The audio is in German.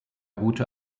route